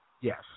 Yes